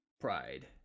pride